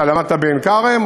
אתה למדת בעין-כרם?